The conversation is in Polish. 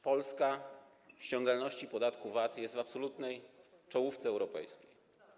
Polska w ściągalności podatku VAT jest w absolutnej czołówce europejskiej.